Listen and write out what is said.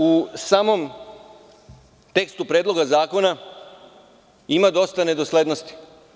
U samom tekstu Predloga zakona ima dosta nedoslednosti.